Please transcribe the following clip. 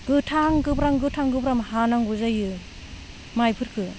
गोथां गोब्रां गोथां गोब्राम हानांगौ जायो माइफोरखो